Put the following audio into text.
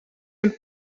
een